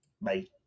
bye